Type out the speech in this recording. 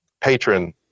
patron